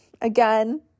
again